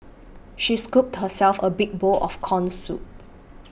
she scooped herself a big bowl of Corn Soup